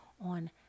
on